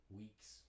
weeks